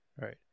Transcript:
Right